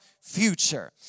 future